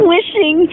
Wishing